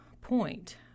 point